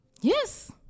yes